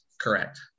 correct